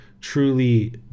truly